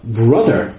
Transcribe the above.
brother